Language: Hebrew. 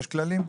יש כללים?